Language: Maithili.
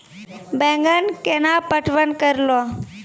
बैंगन केना पटवन करऽ लो?